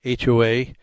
HOA